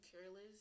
careless